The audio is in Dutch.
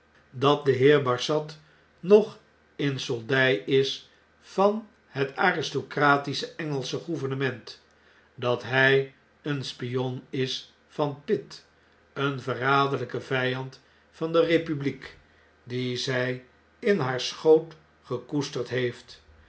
omdat de heer barsad nog in soldjj is van het aristocratische engelsche gouvernement dat lag een spion is van pitt een verraderlijke vn'and van de republiek dien zij in haar schoot gekoesterd heeft